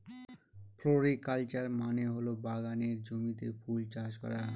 floriculture মানে হল বাগানের জমিতে ফুল চাষ করা